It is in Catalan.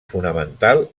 fonamental